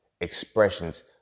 expressions